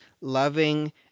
loving